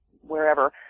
wherever